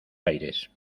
aires